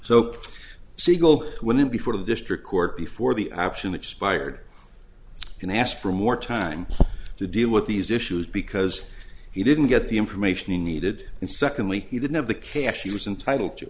so siegel wouldn't be for the district court before the option expired and i asked for more time to deal with these issues because he didn't get the information he needed and secondly he didn't have the cash he was entitled to